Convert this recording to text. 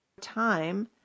time